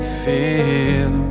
feel